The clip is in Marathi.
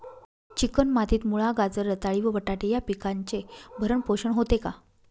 चिकण मातीत मुळा, गाजर, रताळी व बटाटे या पिकांचे भरण पोषण होते का?